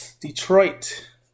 Detroit